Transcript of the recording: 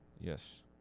Yes